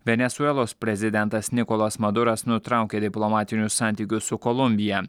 venesuelos prezidentas nikolas maduras nutraukė diplomatinius santykius su kolumbija